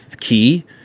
key